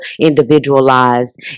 individualized